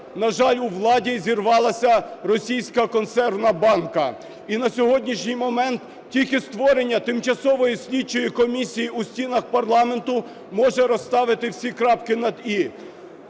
на жаль, у владі зірвалася російська консервна банка. І на сьогоднішній момент тільки створення тимчасової слідчої комісії у стінах парламенту може розставити всі крапки над "і".